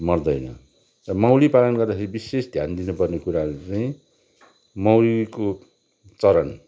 मर्दैन र मौरी पालन गर्दाखेरि विशेष ध्यान दिनुपर्ने कुराहरू चाहिँ मौरीको चरन